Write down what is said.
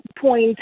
point